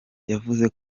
yavuze